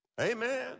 Amen